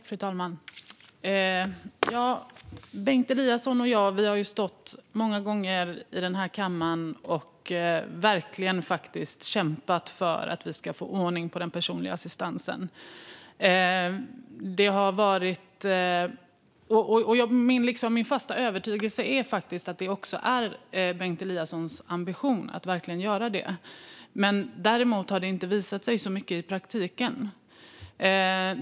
Fru talman! Bengt Eliasson och jag har många gånger stått i den här kammaren och verkligen kämpat för att få ordning på den personliga assistansen. Det är min fasta övertygelse att detta verkligen också är Bengt Eliassons ambition. Däremot har det inte visat sig så mycket i praktiken.